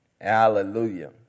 Hallelujah